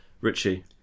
Richie